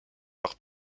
par